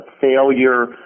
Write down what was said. failure